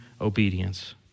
obedience